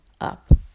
up